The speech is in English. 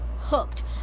hooked